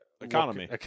economy